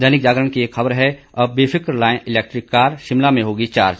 दैनिक जागरण की एक खबर है अब बेफिक्र लाए इलेक्ट्रिक कार शिमला में होगी चार्ज